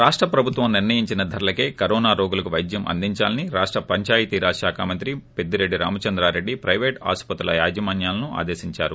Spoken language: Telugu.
రాష్ట ప్రభుత్వం నిర్ణయించిన ధరలకే కరోనా రోగులకు పైద్యం అందించాలని రాష్ట పంచాయతీ రాజ్ శాఖ మంత్రి పెద్గిరెడ్డి రామచంద్రారెడ్డి పైవేట్ ఆసుపత్రుల యాజమాన్యాలను ఆదేశించారు